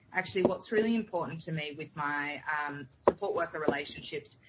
actually what's really important to me with my support worker relationships.